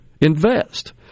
invest